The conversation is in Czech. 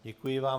Děkuji vám.